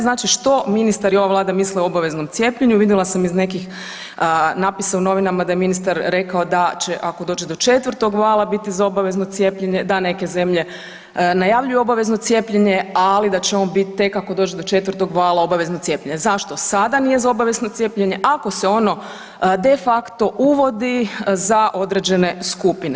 Znači što ministar i Vlada misle o obaveznom cijepljenju, vidjela sam iz nekih napisa u novinama da je ministar rekao da će ako dođe do 4. vala, biti za obavezno cijepljenje, da neke zemlje najavljuju obvezeno cijepljenje, ali da će bit tek ako dođe do 4. vala, obavezno cijepljenje. zašto sada nije za obavezno cijepljenje ako se ono de facto uvodi za određene skupine?